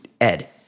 Ed